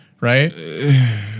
right